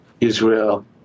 Israel